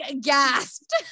gasped